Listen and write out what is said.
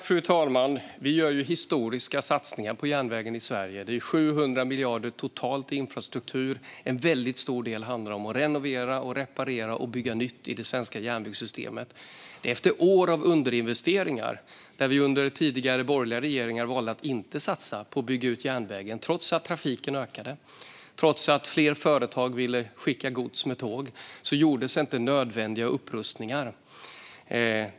Fru talman! Vi gör historiska satsningar på järnvägen i Sverige. Det är 700 miljarder totalt i infrastruktur. En väldigt stor del handlar om att renovera, reparera och bygga nytt i det svenska järnvägssystemet. Det är efter år av underinvesteringar där vi under tidigare borgerliga regeringar valde att inte satsa på att bygga ut järnvägen. Trots att trafiken ökade och att fler företag ville skicka gods med tåg gjordes inte nödvändiga upprustningar.